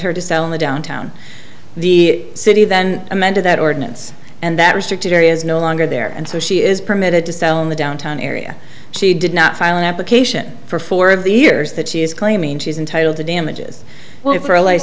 her to sell in the downtown the city then amended that ordinance and that restricted area is no longer there and so she is permitted to sell in the downtown area she did not file an application for four of the years that she's claiming she's entitled to damages well for a